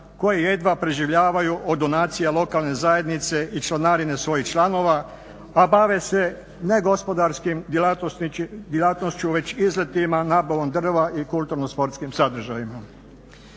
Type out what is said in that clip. koje jedva preživljavaju od donacija lokalne zajednice i članarine svojih članova, a bave se ne gospodarskom djelatnošću već izletima, nabavom drva i kulturno sportskim sadržajima.